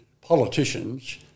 politicians